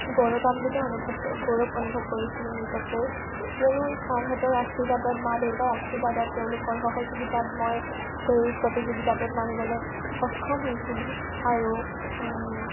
গৌৰৱাম্বিত অনুভৱ গৌৰৱ অনুভৱ কৰিছিলোঁ নিজক লৈ কিয়নো ছাৰহঁতৰ আশীৰ্বাদত মা দেউতাৰ আশীৰ্বাদত তেওঁলোকৰ সহযোগিতাত মই সেই প্ৰতিযোগিতাটোত নামিবলৈ সক্ষম হৈছিলোঁ আৰু